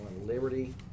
Liberty